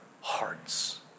hearts